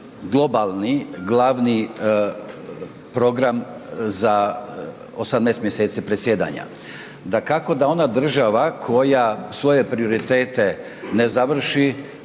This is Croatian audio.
globalni glavni program za 18 mj. predsjedanja. Dakako da ona država koja svoje prioritet ne završi